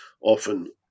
often